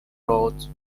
roads